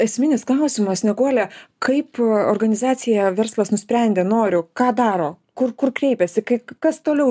esminis klausimas snieguole kaip organizacija verslas nusprendė noriu ką daro kur kur kreipiasi kaip kas toliau